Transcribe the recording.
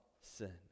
sin